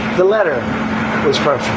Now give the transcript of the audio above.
the letter for